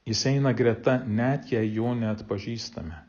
jis eina greta net jei jo neatpažįstame